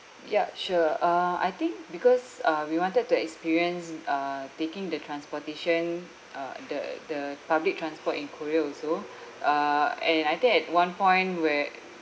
yup sure uh I think because uh we wanted to experience uh taking the transportation uh the the public transport in korea also uh and I think at one point where